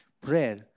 Prayer